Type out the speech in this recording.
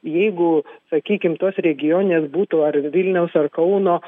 jeigu sakykim tos regioninės būtų ar vilniaus ar kauno